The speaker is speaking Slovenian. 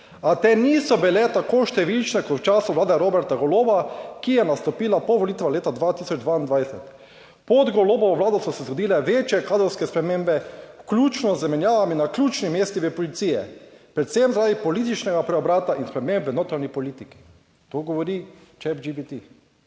a te niso bile tako številčne kot v času Vlade Roberta Goloba, ki je nastopila po volitvah leta 2022. Pod Golobovo Vlado so se zgodile večje kadrovske spremembe, vključno z menjavami na ključnih mestih v policiji predvsem zaradi političnega preobrata in sprememb v notranji politiki. To govori Chat GPT.